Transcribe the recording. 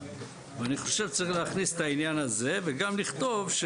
אני חושב שצריך להכניס את העניין הזה וגם לכתוב: